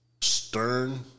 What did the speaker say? stern